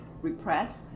repress